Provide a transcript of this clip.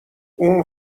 اون